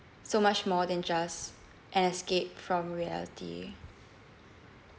so much more than just an escape from reality